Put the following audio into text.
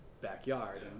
backyard